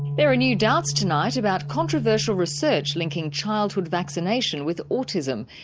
there are new doubts tonight about controversial research linking childhood vaccination with autism.